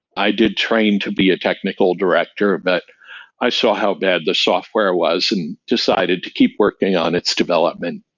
i did trying to be a technical director, but i saw how bad the software was and decided to keep working on its development.